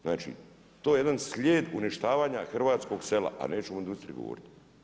Znači to je jedan slijed uništavanja hrvatskog sela, a nećemo o industriji govoriti.